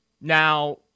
Now